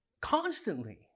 constantly